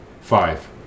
five